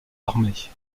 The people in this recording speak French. armées